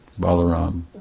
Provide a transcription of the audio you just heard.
Balaram